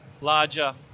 larger